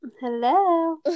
hello